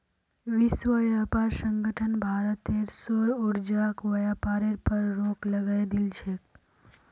विश्व व्यापार संगठन भारतेर सौर ऊर्जाक व्यापारेर पर रोक लगई दिल छेक